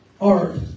art